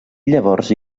llavors